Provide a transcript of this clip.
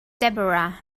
deborah